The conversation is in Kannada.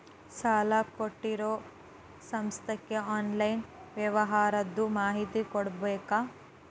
ಸಾಲಾ ಕೊಟ್ಟಿರೋ ಸಂಸ್ಥಾಕ್ಕೆ ಆನ್ಲೈನ್ ವ್ಯವಹಾರದ್ದು ಮಾಹಿತಿ ಕೊಡಬೇಕಾ?